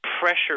pressure